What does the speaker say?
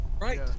right